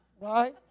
right